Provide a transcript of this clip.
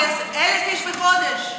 1,000 איש בחודש.